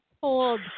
cold